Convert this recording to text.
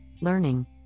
learning